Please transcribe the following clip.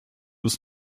uns